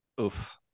Oof